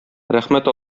рәхмәт